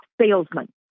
salesman